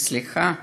וסליחה